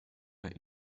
mehr